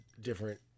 different